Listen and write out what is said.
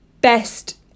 best